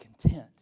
content